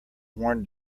worn